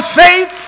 faith